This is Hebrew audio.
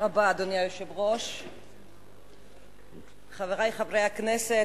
אדוני היושב-ראש, תודה רבה, חברי חברי הכנסת,